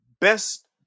best